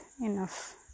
enough